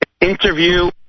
interview